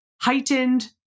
Heightened